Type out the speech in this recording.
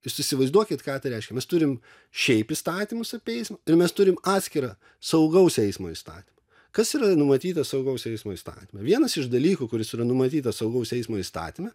jūs įsivaizduokit ką reiškia mes turim šiaip įstatymus apie eismą ir mes turim atskirą saugaus eismo įstatymą kas yra numatyta saugaus eismo įstatyme vienas iš dalykų kuris yra numatytas saugaus eismo įstatyme